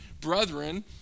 Brethren